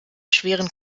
schweren